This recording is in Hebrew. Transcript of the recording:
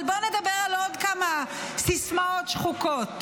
אבל בואו נדבר על עוד כמה סיסמאות שחוקות.